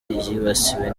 yibasiwe